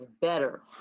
better